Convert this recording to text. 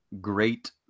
Great